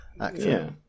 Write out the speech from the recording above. actor